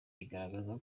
rigaragaza